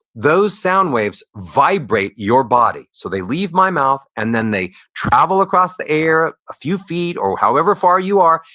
those sound waves vibrate your body. so they leave my mouth and then they travel across the air a few feet or however far you are,